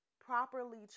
properly